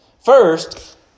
First